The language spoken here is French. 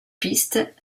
pistes